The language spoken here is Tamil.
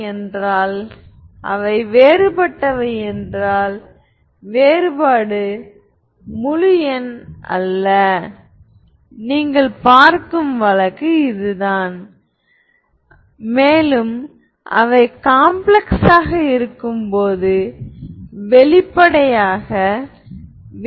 A ஆனது ஒரு உண்மையான பதிவுகளுடன் ஸ்கியூ சிம்மெட்ரிக் மேட்ரிக்ஸ் என்று இருந்தால் இது சிம்மெட்ரிக் மேட்ரிக்ஸ் என்று அர்த்தம்